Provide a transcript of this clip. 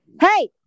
hey